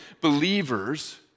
Believers